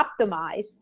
optimize